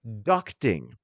ducting